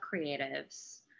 creatives